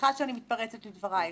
סליחה שאני מתפרצת לדברייך.